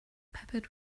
peppered